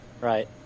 Right